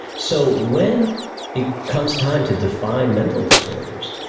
so when it comes time to define mental disorders,